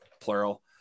plural